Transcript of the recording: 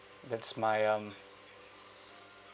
that's my um